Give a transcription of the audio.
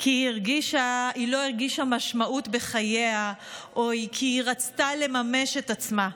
כי היא לא הרגישה משמעות בחייה או כי היא רצתה לממש את עצמה,